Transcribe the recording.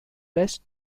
best